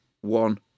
one